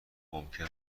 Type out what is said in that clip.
ممکن